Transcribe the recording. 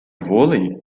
vôlei